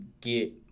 get